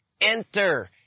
enter